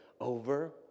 over